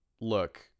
Look